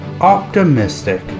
optimistic